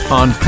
on